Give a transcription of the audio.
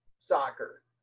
soccer